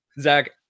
zach